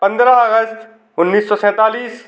पंद्रह अगस्त उन्नीस सौ सैंतालीस